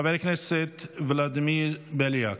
חבר הכנסת ולדימיר בליאק,